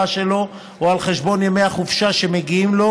שלו או על חשבון ימי החופשה שמגיעים לו,